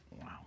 Wow